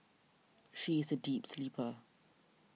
she is a deep sleeper